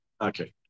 Okay